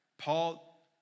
Paul